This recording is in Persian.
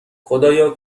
خدایا